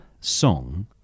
song